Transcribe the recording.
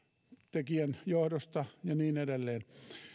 tekijän johdosta ja niin edelleen eli on